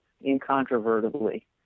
incontrovertibly